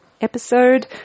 episode